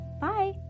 Bye